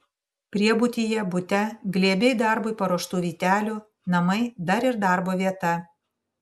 priebutyje bute glėbiai darbui paruoštų vytelių namai dar ir darbo vieta